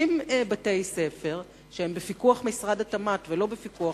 60 בתי-ספר שהם בפיקוח משרד התמ"ת ולא בפיקוח